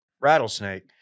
rattlesnake